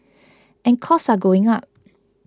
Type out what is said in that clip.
and costs are going up